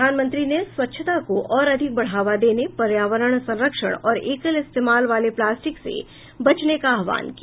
प्रधानमंत्री ने स्वच्छता को और अधिक बढ़ावा देने पर्यावरण संरक्षण और एकल इस्तेमाल वाले प्लास्टिक से बचने का आह्वान किया